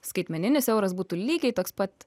skaitmeninis euras būtų lygiai toks pat